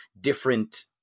different